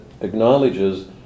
acknowledges